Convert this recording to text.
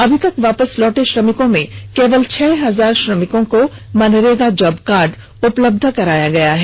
अभी तक वापस लौटे श्रमिकों में लगभग छह हजार श्रमिकों को मनरेगा का जॉब कार्ड उपलब्ध करवाया गया है